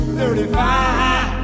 thirty-five